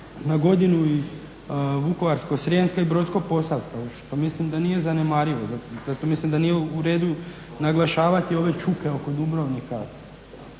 nagodinu i Vukovarsko-srijemska i Brodsko-posavska što mislim da nije zanemarivo. Zato mislim da nije u redu naglašavati ove …/Govornik